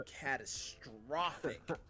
catastrophic